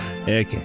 Okay